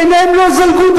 אני אסביר.